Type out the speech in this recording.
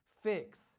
fix